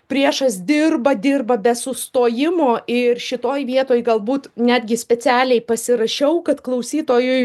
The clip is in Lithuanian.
priešas dirba dirba be sustojimo ir šitoj vietoj galbūt netgi specialiai pasirašiau kad klausytojui